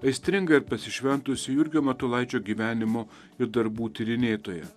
aistringa ir pasišventusi jurgio matulaičio gyvenimo ir darbų tyrinėtoja